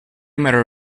matter